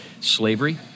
slavery